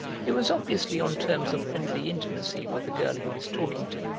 he was obviously on terms of friendly intimacy with the girl he was talking to,